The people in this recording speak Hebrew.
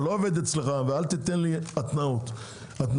אני לא עובד אצלך ואל תיתן לי התניות הבנת?